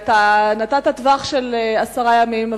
נתת טווח של עשרה ימים,